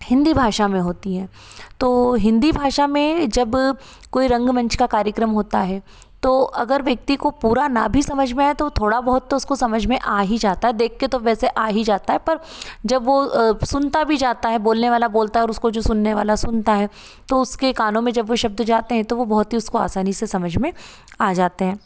हिन्दी भाषा में होती हैं तो हिन्दी भाषा में जब को रंगमंच का कार्यक्रम होता है तो अगर व्यक्ति को पूरा ना भी समझ में आए तो थोड़ा बहुत तो उसको समझ में आ ही जाता है देख के तो वैसे आ ही जाता है पर जब वो सुनता भी जाता है बोलने वाला बोलता है और उसको जो सुनने वाला सुनता है तो उसके कानों में जब वो शब्द जाते हैं तो वो बहुत ही उसको असानी से समझ में आ जाते हैं